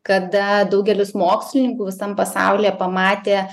kada daugelis mokslininkų visam pasaulyje pamatė